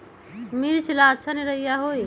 मिर्च ला अच्छा निरैया होई?